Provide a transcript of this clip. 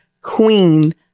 queen